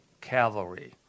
cavalry